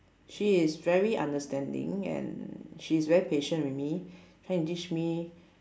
she is very understanding and she is very patient with me trying to teach me